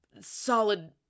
solid